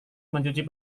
mencuci